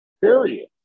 Period